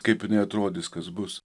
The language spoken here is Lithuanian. kaip jinai atrodys kas bus